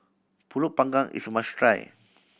Pulut Panggang is a must try